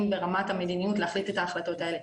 ברמת המדיניות להחליט את ההחלטות האלה,